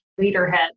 leaderhead